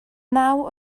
naw